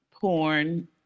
porn